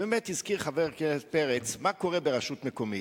באמת הזכיר חבר הכנסת פרץ מה קורה ברשות מקומית.